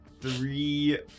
three